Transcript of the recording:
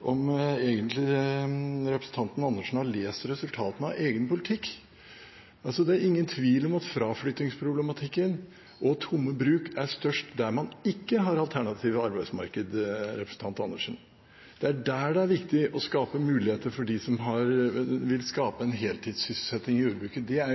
Andersen egentlig har lest resultatene av egen politikk. Det er ingen tvil om at fraflyttingsproblematikken, med bl.a. tomme bruk, er størst der man ikke har noe alternativt arbeidsmarked. Det er nettopp i de områdene der man ikke har alternativ jobb det er viktig å skape muligheter for dem som vil skape en heltidssysselsetting i jordbruket. Det er